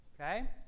Okay